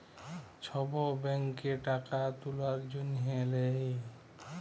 ছব ব্যাংকে টাকা তুলার জ্যনহে লেই